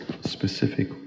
specific